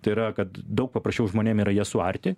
tai yra kad daug paprasčiau žmonėm yra jas suarti